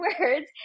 words